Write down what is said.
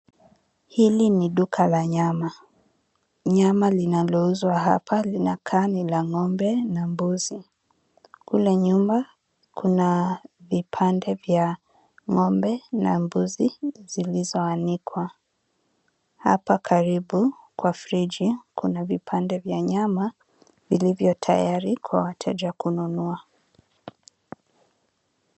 Hili ni duka la nyama, nyama linaouzwa hapa linakaa ni la ng'ombe na mbuzi. Kule nyuma kuna vipande vya ng'ombe na mbuzi zilizoanikwa. Hapa karibu kwa friji, kuna vipande vya nyama vilivyo tayari kwa wateja kununua.